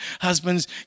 Husbands